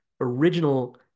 original